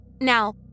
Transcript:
Now